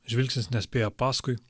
žvilgsnis nespėja paskui